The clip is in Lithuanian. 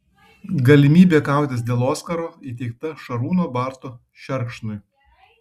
galimybė kautis dėl oskaro įteikta šarūno barto šerkšnui